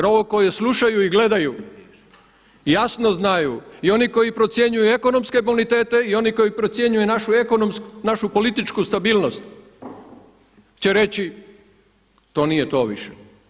Jer ovo koji slušaju i gledaju jasno znaju i oni koji procjenjuju i ekonomske bonitete o oni koji procjenjuju našu politiku stabilnost će reći to nije to više.